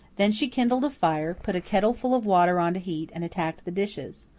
then she kindled a fire, put a kettle full of water on to heat, and attacked the dishes.